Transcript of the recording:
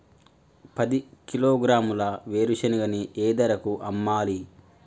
పది కిలోగ్రాముల వేరుశనగని ఏ ధరకు అమ్మాలి?